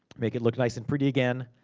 make it look nice and pretty again.